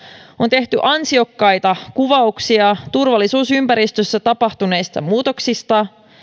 on tehty ansiokkaita kuvauksia turvallisuusympäristössä tapahtuneista muutoksista